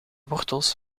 wortels